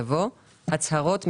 יבוא "הצהרות,